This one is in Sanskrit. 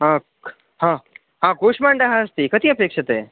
हा क् हा हा कूष्माण्डः अस्ति कति अपेक्ष्यते